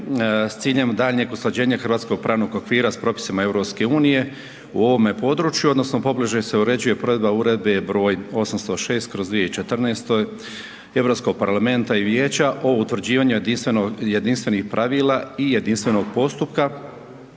s ciljem daljnjeg usklađivanje hrvatskog pravnog okvira s propisima EU u ovome području odnosno pobliže se uređuje provedba Uredbe br. 806/2014 Europskog parlamenta i Vijeća o utvrđivanju jedinstvenih pravila i jedinstvenog postupka